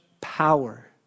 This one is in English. power